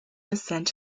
descent